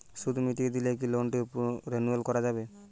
সুদ মিটিয়ে দিলে কি লোনটি রেনুয়াল করাযাবে?